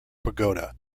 pagoda